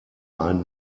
ein